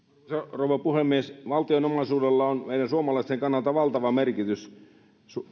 rouva puhemies valtion omaisuudella on meidän suomalaisten kannalta valtava merkitys